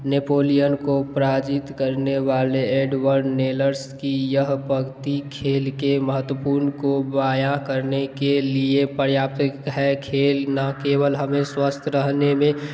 Napoleon को पराजित करने वाले एडवर्ड नेल्स की यह वक्ति खेल के महत्वपूर्ण को बयान करने के लिए पर्याप्त है खेल ना केवल हमें स्वस्थ रहने में